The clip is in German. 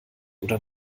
oder